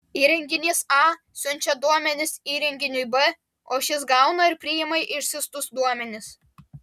įrenginys a siunčia duomenis įrenginiui b o šis gauna ir priima išsiųstus duomenis